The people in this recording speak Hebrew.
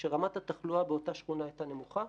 כשרמת התחלואה באותה שכונה הייתה נמוכה,